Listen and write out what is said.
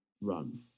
run